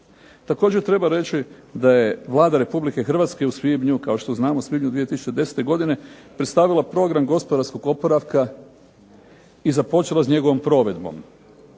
Također treba reći da je Vlada Republike Hrvatske u svibnju, kao što znamo u svibnju 2010. godine predstavila program gospodarskog oporavka i započela s njegovom provedbom.